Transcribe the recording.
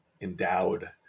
endowed